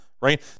right